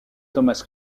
thomas